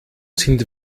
sind